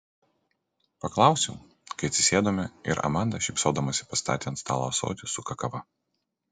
paklausiau kai atsisėdome ir amanda šypsodamasi pastatė ant stalo ąsotį su kakava